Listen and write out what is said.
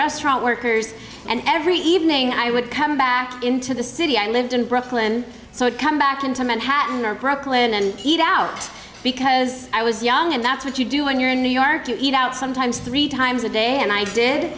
restaurant workers and every evening i would come back into the city i lived in brooklyn so it come back into manhattan or brooklyn and eat out because i was young and that's what you do when you're in new york you eat out sometimes three times a day and i did